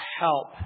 help